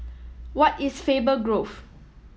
where is Faber Grove